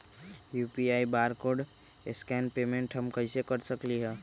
UPI barcode scan payment हम कईसे कर सकली ह?